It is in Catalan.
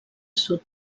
sud